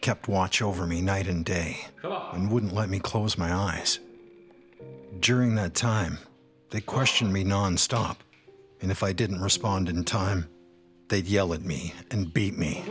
kept watch over me night and day and wouldn't let me close my eyes during that time they questioned me nonstop and if i didn't respond in time they'd yell at me and beat me